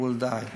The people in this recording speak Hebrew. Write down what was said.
you will die ,